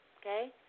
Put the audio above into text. okay